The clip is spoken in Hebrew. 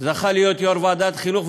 זכה להיות יו"ר ועדת החינוך,